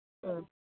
ꯑꯥ